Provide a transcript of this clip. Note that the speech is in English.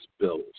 bills